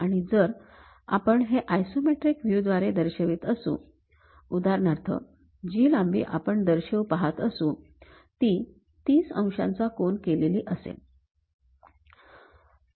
आणि जर आपण हे आयसोमेट्रिक व्ह्यू द्वारे दर्शवित असू उदाहरणार्थ जी लांबी आपण दर्शवू पाहत असू ती ३० अंश कोन केलेली असेल